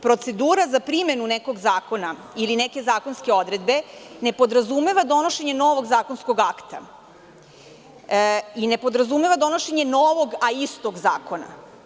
Procedura za primenu nekog zakona ili neke zakonske odredbe ne podrazumeva donošenje novog zakonskog akta i ne podrazumeva donošenje novog a istog zakona.